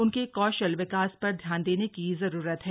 उनके कौशल विकास पर ध्यान देने की जरूरत है